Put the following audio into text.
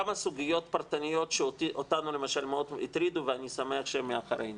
כמה סוגיות פרטניות שאותנו למשל מאוד הטרידו ואני שמח שהן מאחורינו.